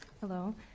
Hello